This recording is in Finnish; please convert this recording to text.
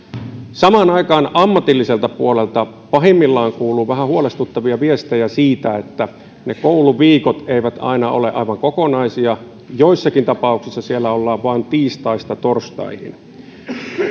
samaan aikaan ammatilliselta puolelta pahimmillaan kuuluu vähän huolestuttavia viestejä siitä että kouluviikot eivät aina ole aivan kokonaisia joissakin tapauksissa siellä ollaan vain tiistaista torstaihin